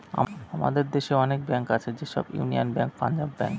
আমাদের দেশে অনেক ব্যাঙ্ক আছে যেমন ইউনিয়ান ব্যাঙ্ক, পাঞ্জাব ব্যাঙ্ক